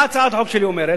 מה הצעת החוק שלי אומרת?